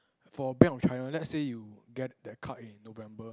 for Bank of China let's say you get the card in November